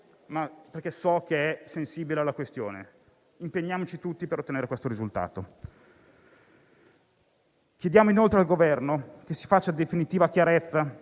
perché so che è sensibile alla questione. Impegniamoci tutti per ottenere questo risultato. Chiediamo, inoltre, al Governo che si faccia definitiva chiarezza,